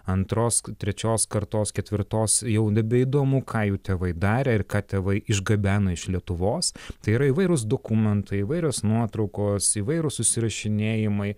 antros trečios kartos ketvirtos jau nebeįdomu ką jų tėvai darė ir ką tėvai išgabeno iš lietuvos tai yra įvairūs dokumentai įvairios nuotraukos įvairūs susirašinėjimai